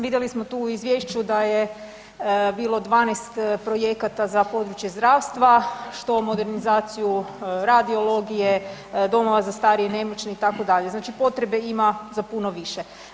Vidjeli smo tu u izvješću da je bilo 12 projekata za područje zdravstva, što modernizaciju radiologije, domova za starije i nemoćne itd., znači potrebe ima za puno više.